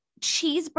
cheeseburger